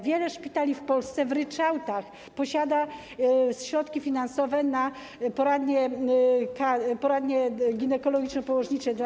Wiele szpitali w Polsce w ryczałtach posiada środki finansowe na poradnie ginekologiczno-położnicze dla